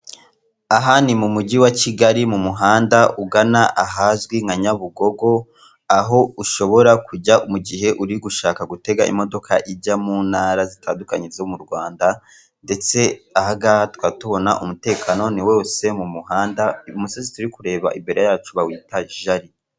Aha ni mu mujyi wa Kigali, mu muhanda ugana ahazwi nka Nyabugogo, aho ushobora kujya mu gihe uri gushaka gutega imodoka ijya mu ntara zitandukanye zo mu Rwanda, ndetse aha ngaha tukaba tubona umutekano ni wose mu muhanda, uyu musozi turi kureba imbere yacu bawita Jali.